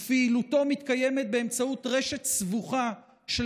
ופעילותו מתקיימת באמצעות רשת סבוכה של